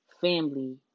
Family